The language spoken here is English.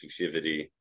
exclusivity